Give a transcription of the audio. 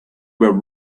were